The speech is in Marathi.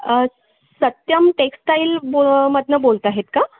अं सत्यम टेक्सटाईल बो मधून बोलत आहेत का